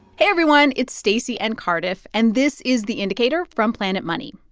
hey, everyone. it's stacey and cardiff. and this is the indicator from planet money.